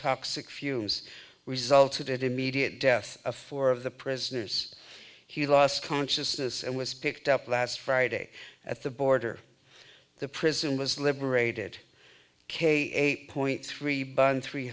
toxic fumes resulted immediate death of four of the prisoners he lost consciousness and was picked up last friday at the border the prison was liberated k eight point three